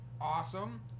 awesome